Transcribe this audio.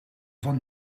van